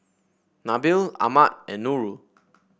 Nabil Ahmad and Nurul